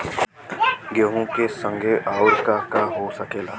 गेहूँ के संगे अउर का का हो सकेला?